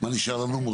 מה נשאר לנו?